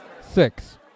Six